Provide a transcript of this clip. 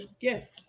yes